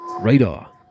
radar